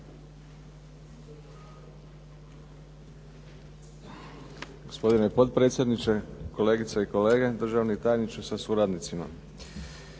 Hvala.